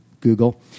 Google